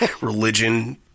Religion